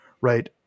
Right